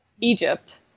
Egypt